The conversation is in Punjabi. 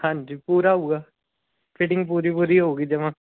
ਹਾਂਜੀ ਪੂਰਾ ਹੋਵੇਗਾ ਫਿਟਿੰਗ ਪੂਰੀ ਪੂਰੀ ਹੋਵੇਗੀ ਜਮਾਂ